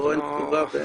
פה אין כתובה.